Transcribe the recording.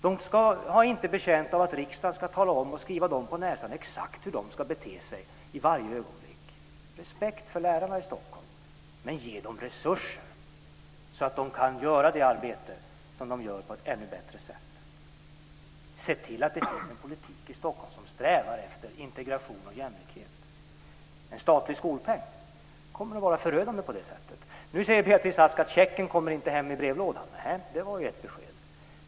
De är inte betjänta av att riksdagen ska tala om och skriva dem på näsan exakt hur de ska bete sig i varje ögonblick. Respekt för lärarna i Stockholm, men ge dem resurser så att de kan utföra sitt arbete på ett ännu bättre sätt. Se till att det finns en politik i Stockholm som strävar efter integration och jämlikhet. En statlig skolpeng kommer att vara förödande på det sättet. Nu säger Beatrice Ask att checken inte kommer hem i brevlådan. Nej, det var ju ett besked.